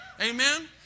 Amen